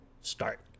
start